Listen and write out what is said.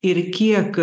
ir kiek